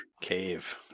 Cave